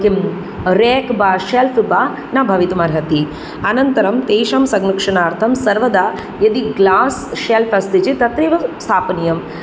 किम् रेक् वा शेल्फ् वा न भवितुम् अर्हति अनन्तरं तेषां संरक्षणार्थं सर्वदा यदि ग्लास् षेल्फ् अस्ति चेत् तत्रैव स्थापनीयम्